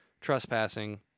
trespassing